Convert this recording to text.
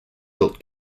built